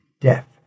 death